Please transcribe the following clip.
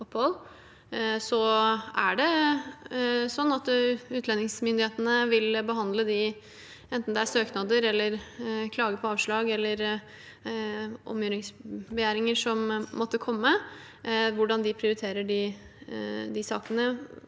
om opphold. Utlendingsmyndighetene vil behandle søknader, klager på avslag eller omgjøringsanmodninger som måtte komme. Hvordan de prioriterer disse sakene,